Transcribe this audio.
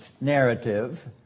narrative